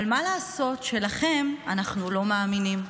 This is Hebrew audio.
אבל מה לעשות שלכם אנחנו לא מאמינים?